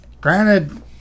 Granted